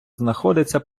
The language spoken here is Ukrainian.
знаходиться